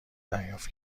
دریافت